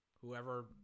whoever